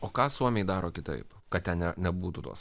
o ką suomiai daro kitaip kad ten nebūtų tos